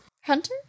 Hunter